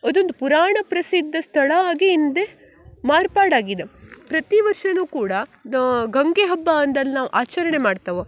ಅದೊಂದು ಪುರಾಣ ಪ್ರಸಿದ್ಧ ಸ್ಥಳ ಆಗಿ ಇಂದು ಮಾರ್ಪಾಡಾಗಿದೆ ಪ್ರತಿ ವರ್ಷವೂ ಕೂಡ ಗಂಗೆ ಹಬ್ಬ ಅಂದು ಅಲ್ಲಿ ನಾವು ಆಚರಣೆ ಮಾಡ್ತೇವ